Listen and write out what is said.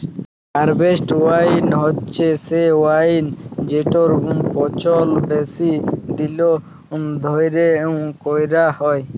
harvest wine হছে সে wine যেটর পচল বেশি দিল ধ্যইরে ক্যইরা হ্যয়